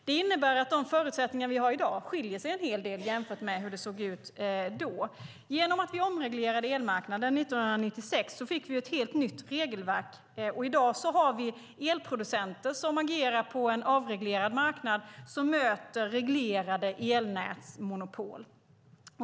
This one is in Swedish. Det innebär att de förutsättningar vi har i dag skiljer sig en hel del från hur det såg ut då. Genom att vi omreglerade elmarknaden 1996 fick vi ett helt nytt regelverk. I dag har vi elproducenter som agerar på en avreglerad marknad som möter reglerade elnätsmonopol.